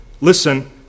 listen